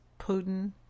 Putin